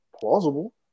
plausible